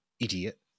idiot